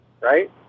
right